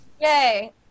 Yay